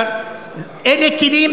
אלה כלים,